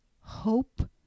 hope